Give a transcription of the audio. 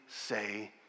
say